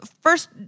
first